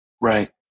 Right